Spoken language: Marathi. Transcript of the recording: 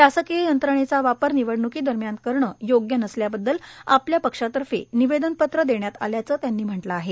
शासकीय यंत्रणेचा वापर निवडणुकीदरम्यान करणं योग्य नसल्याबद्दल आपल्या पक्षातर्फे निवेदनपत्र देण्यात आल्याचं त्यांनी म्हटलं आहे